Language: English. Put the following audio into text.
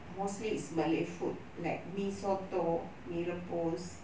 mostly is malay food like mee soto mee rebus